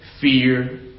Fear